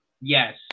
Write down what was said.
Yes